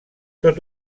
tot